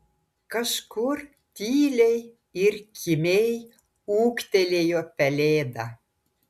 kažkur tyliai ir kimiai ūktelėjo pelėda